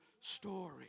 story